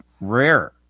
rare